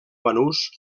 banús